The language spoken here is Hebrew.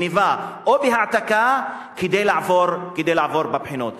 בגנבה או בהעתקה כדי לעבור את הבחינות.